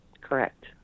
Correct